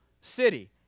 City